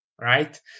right